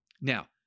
Now